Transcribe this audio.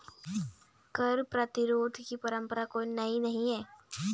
कर प्रतिरोध की परंपरा कोई नई नहीं है